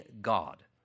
God